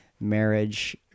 marriage